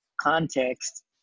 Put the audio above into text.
context